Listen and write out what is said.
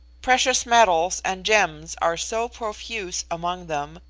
precious metals and gems are so profuse among them,